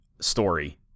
story